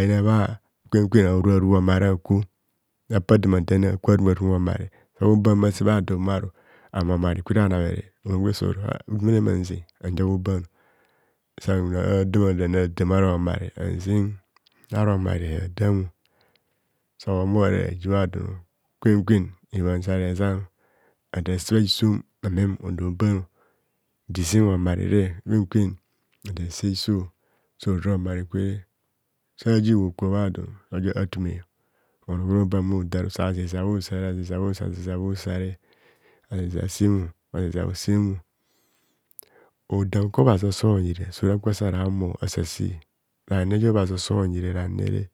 yina bha kwen kwen arubharu homare akwo apa damadamne ak aru bharub homare sa bho ban mma bhase bha donmo mahumor homare kwem ana bhere orom aru mmoro ijumene mmanze hanja bhobano sanno adam rane adam ara homare hanze ara omare adamo sa bho humore bhaji bhadono. kwen kwen rebhan sarezano adasebha iso orom odo banor the sam- homarere kwen kwen ada se hiso sora homare kwere saji bhokubha bhadon oja atume onor gworoban. bhodaru sazizia bhusare azizia bhusare azizia asemo azizia asemo hodam kwa obhazi oso onyire sora kwa sarahumo asase rane jo obhazi osonyire ranere.